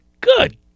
good